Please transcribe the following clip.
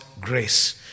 grace